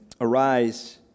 Arise